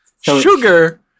Sugar